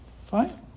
fine